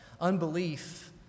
unbelief